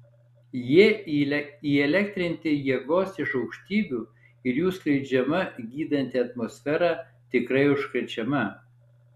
jie įelektrinti jėgos iš aukštybių ir jų skleidžiama gydanti atmosfera tikrai užkrečiama